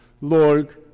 Lord